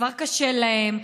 כבר קשה להם,